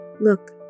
Look